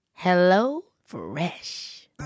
HelloFresh